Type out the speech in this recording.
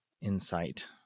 insight